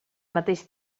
mateix